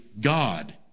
God